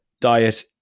diet